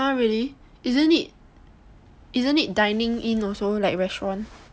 !huh! really isn't it isn't it dining in also like restaurant